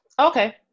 Okay